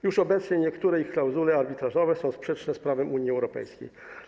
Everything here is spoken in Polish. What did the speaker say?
Już obecnie niektóre ich klauzule arbitrażowe są sprzeczne z prawem Unii Europejskiej.